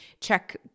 check